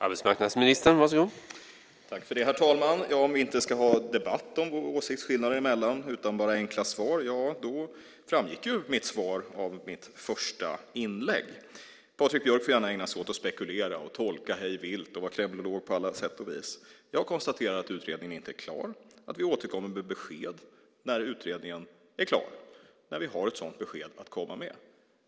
Herr talman! Om vi inte ska ha en debatt om åsiktsskillnader mellan oss utan endast om frågor med enkla svar - ja, då framgick mitt svar av mitt första inlägg. Patrik Björck får gärna ägna sig åt att spekulera, tolka hej vilt och vara kremlolog på alla sätt och vis. Jag konstaterar att utredningen inte är klar och att vi återkommer med besked när utredningen är klar, alltså när vi har ett besked att komma med.